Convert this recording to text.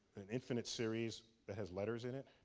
an infinite series that has letters in it?